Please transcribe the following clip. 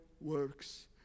works